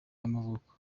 y’amavuko